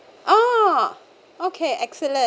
oh okay excellent